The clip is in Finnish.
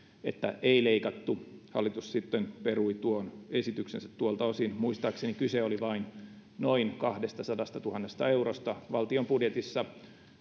että ei leikattu hallitus sitten perui tuon esityksensä tuolta osin muistaakseni kyse oli vain noin kahdestasadastatuhannesta eurosta valtion budjetissa